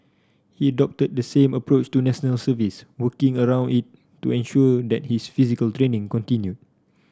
he adopted the same approach to National Service working around it to ensure that his physical training continued